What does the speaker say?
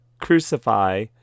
Crucify